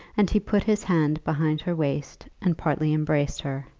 and he put his hand behind her waist and partly embraced her.